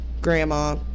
grandma